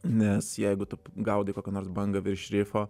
nes jeigu tu gaudai kokią nors bangą virš rifo